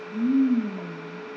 mm